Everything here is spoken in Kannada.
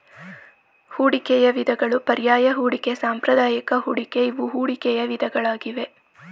ಹೂಡಿಕೆಯ ವಿಧಗಳು ಪರ್ಯಾಯ ಹೂಡಿಕೆ, ಸಾಂಪ್ರದಾಯಿಕ ಹೂಡಿಕೆ ಇವು ಹೂಡಿಕೆಯ ವಿಧಗಳಾಗಿವೆ